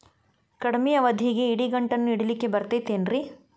ಕಡಮಿ ಅವಧಿಗೆ ಇಡಿಗಂಟನ್ನು ಇಡಲಿಕ್ಕೆ ಬರತೈತೇನ್ರೇ?